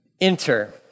Enter